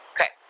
Okay